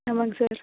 ஆமாங்க சார்